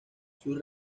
sus